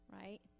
Right